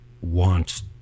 wants